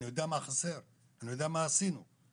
אני יודע מה חסר ואני יודע מה עשינו כדי